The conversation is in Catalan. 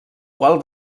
qual